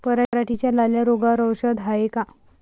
पराटीच्या लाल्या रोगावर औषध हाये का?